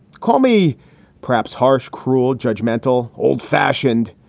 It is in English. call me perhaps harsh, cruel, judgmental, old fashioned,